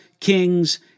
kings